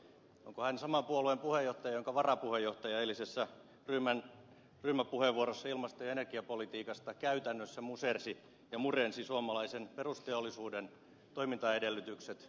onko hän saman puolueen puheenjohtaja jonka varapuheenjohtaja eilisessä ryhmäpuheenvuorossa ilmasto ja energiapolitiikasta käytännössä musersi ja murensi suomalaisen perusteollisuuden toimintaedellytykset